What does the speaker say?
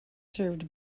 served